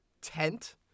tent